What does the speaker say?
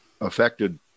affected